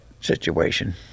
situation